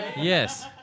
Yes